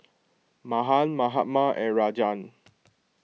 Mahan Mahatma and Rajan